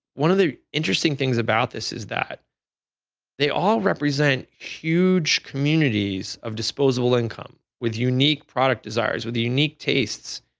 one of the interesting things about this is that they all represent huge communities of disposable income with unique product desires, with unique tastes.